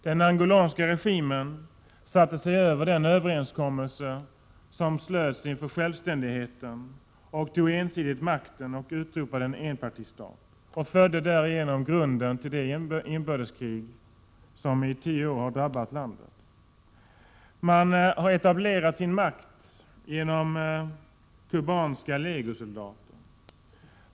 Den angolanska regimen satte sig över den överenskommelse som slöts inför självständigheten, tog ensidigt makten och utropade en enpartistat. Därigenom lades grunden till det inbördeskrig som i tio år har drabbat landet. Makten har etablerats genom kubanska legosoldater.